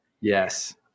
Yes